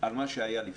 על מה שהיה לפני.